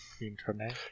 Internet